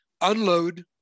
unload